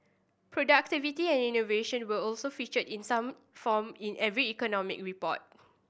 productivity and innovation were also featured in some form in every economic report